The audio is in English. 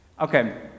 Okay